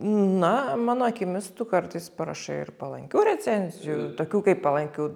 na mano akimis tu kartais parašai ir palankių recenzijų tokių kaip palankių